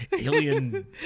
alien